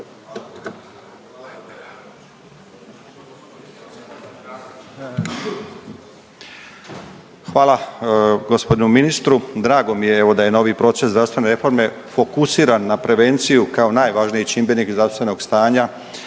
Hvala gospodinu ministru, drago mi je evo da je novi proces zdravstvene reforme fokusiran na prevenciju kao najvažniji čimbenik zdravstvenog stanja